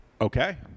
okay